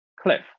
cliff